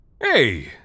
Hey